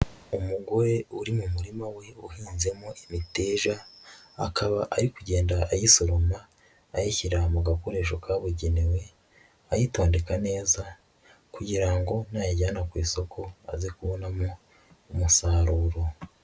Umugore uri mu murima we uhinzemo imiteja, akaba ari kugenda ayisoroma ayishyira mu gakoresho kabugenewe, ayitondeka neza, kugira ngo nayijyana ku isoko aze kubonamo umusaruro.